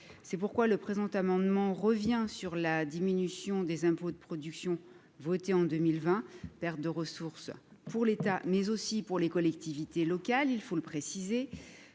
c'est pourquoi le présent amendement revient sur la diminution des impôts de production, votée en 2020, perte de ressources pour l'État mais aussi pour les collectivités locales, il faut le préciser